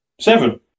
Seven